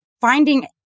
finding